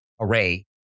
array